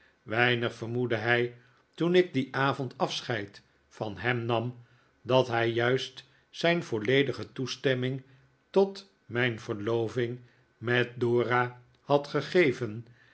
weinig vermoedde hij toen ik dien avond afscheid van hem nam dat hij juist zijn volledige toestemming tot mijn verloving met dora had gegeven